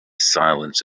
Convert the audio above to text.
silence